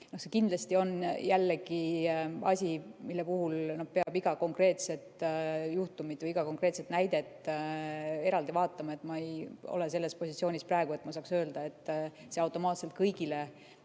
on jällegi asi, mille puhul peab iga konkreetset juhtumit või iga konkreetset näidet eraldi vaatama. Ma ei ole praegu selles positsioonis, et ma saaksin öelda, et see automaatselt kõigile